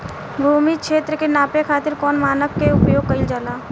भूमि क्षेत्र के नापे खातिर कौन मानक के उपयोग कइल जाला?